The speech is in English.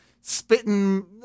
spitting